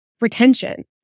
retention